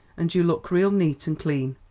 and you look real neat and clean.